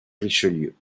richelieu